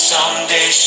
Someday